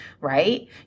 right